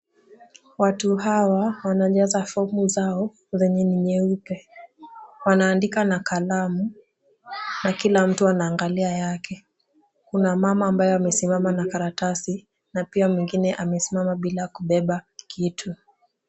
Watu hawa wanajaza fomu zao zenye ni nyeupe. Wanaandika na kalamu na kila mtu anaangalia yake. Kuna mama ambayo amesimama na karatasi na pia mwingine amesimama bila kubeba kitu.